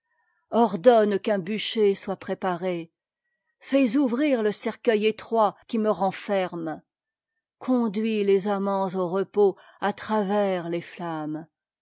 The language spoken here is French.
ordonne qu'un bûcher soit pré paré fais ouvrir e cercuei étroit qui me renferme conduis les amants au repos à travers les flammes